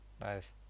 Nice